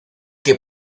que